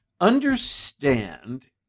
understand